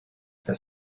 for